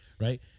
Right